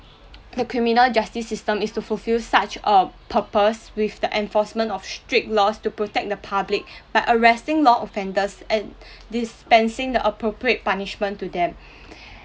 the criminal justice system is to fulfill such a purpose with the enforcement of strict laws to protect the public by arresting law offenders and dispensing the appropriate punishment to them